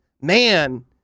man